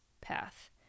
path